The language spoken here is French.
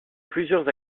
plusieurs